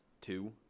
two